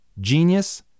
Genius